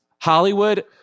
Hollywood